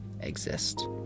exist